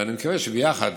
ואני מקווה שיחד